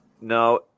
No